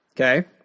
Okay